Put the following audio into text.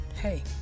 hey